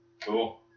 Cool